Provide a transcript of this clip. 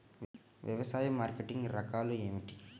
వ్యవసాయ మార్కెటింగ్ రకాలు ఏమిటి?